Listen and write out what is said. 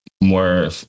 more